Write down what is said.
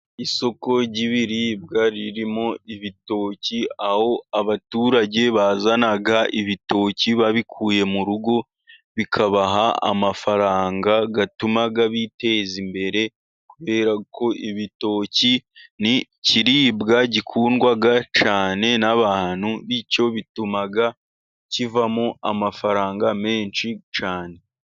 Isoko ry'ibiribwa ririmo ibitoki, aho abaturage bazana ibitoki babikuye mu rugo bikabaha amafaranga atuma biteza imbere, kubera ko ibitoki ni ikiribwa gikundwa cyane n'abantu, bityo bituma kivamo amafaranga menshi cyane.